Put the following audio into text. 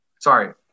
sorry